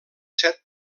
set